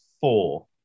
four